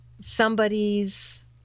somebody's